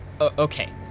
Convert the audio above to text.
okay